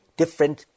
different